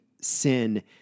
sin